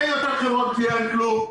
אין יותר חברות גבייה, אין כלום.